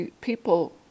people